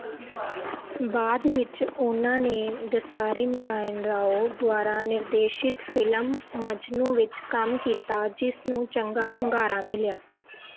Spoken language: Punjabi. ਬਾਅਦ ਵਿੱਚ ਉਨ੍ਹਾਂ ਨੇ ਦਸਾਰੀ ਨਾਰਾਇਣ ਰਾਓ ਦੁਆਰਾ ਨਿਰਦੇਸ਼ਿਤ ਫਿਲਮ ਮਜਨੂੰ ਵਿੱਚ ਕੰਮ ਕੀਤਾ ਜਿਸ ਨੂੰ ਚੰਗਾ ਹੁੰਗਾਰਾ ਮਿਲਿਆ